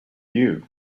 you